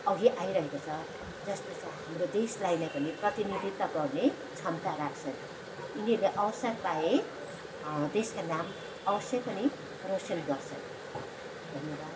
अघि आइरहेको छ जसले चाहिँ हाम्रो देशलाई नै पनि प्रतिनिधित्व गर्ने क्षमता राख्छन् यिनीहरूले अवसर पाए देशका नाम अवश्यै पनि रोसन गर्छन् धन्यवाद